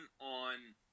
on